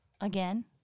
Again